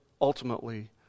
ultimately